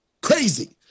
Crazy